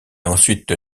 ensuite